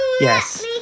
Yes